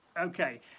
Okay